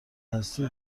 هستی